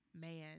man